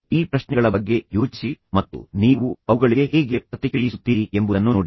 ಈ ಪ್ರಶ್ನೆಗಳ ಬಗ್ಗೆ ಯೋಚಿಸಿ ಮತ್ತು ನೀವು ಅವುಗಳಿಗೆ ಹೇಗೆ ಪ್ರತಿಕ್ರಿಯಿಸುತ್ತೀರಿ ಎಂಬುದನ್ನು ನೋಡಿ